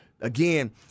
again